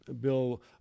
Bill